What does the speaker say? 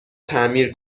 تعمیر